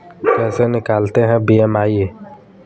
कैसे निकालते हैं बी.एम.आई?